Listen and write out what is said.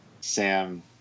Sam